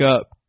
up